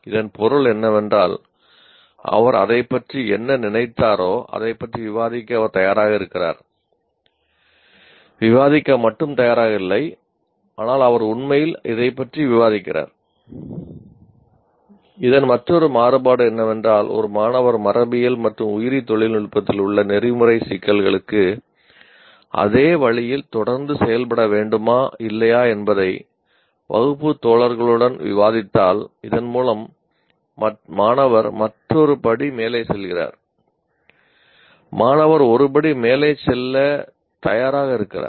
இதன் பொருள் என்னவென்றால் அவர் அதைப் பற்றி என்ன நினைத்தாரோ அதைப் பற்றி விவாதிக்க அவர் தயாராக இருக்கிறார் விவாதிக்கத் மட்டும் தயாராக இல்லை ஆனால் அவர் உண்மையில் இதைப் பற்றி விவாதிக்கிறார் இதன் மற்றொரு மாறுபாடு என்னவென்றால் ஒரு மாணவர் மரபியல் மற்றும் உயிரி தொழில்நுட்பத்தில் உள்ள நெறிமுறை சிக்கல்களுக்கு அதே வழியில் தொடர்ந்து செயல்பட வேண்டுமா இல்லையா என்பதை வகுப்பு தோழர்களுடன் விவாதித்தால் இதன் மூலம் மாணவர் மற்றொரு படி மேலே செல்கிறார் மாணவர் ஒரு படி மேலே செல்ல தயாராக இருக்கிறார்